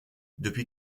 depuis